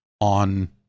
on